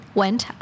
went